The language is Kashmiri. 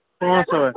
پٲنژھ ٲٹھ